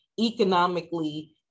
economically